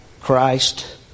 Christ